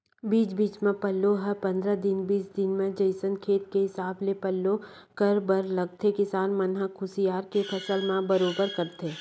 बीच बीच म पल्लो हर पंद्रह दिन बीस दिन म जइसे खेत के हिसाब ले पल्लो करे बर लगथे किसान मन ह कुसियार के फसल म बरोबर करथे